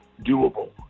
doable